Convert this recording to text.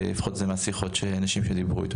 לפחות מהשיחות שאנשים שדיברו איתו,